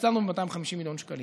תקצבנו ב-250 מיליון שקלים.